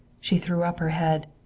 she threw up her head.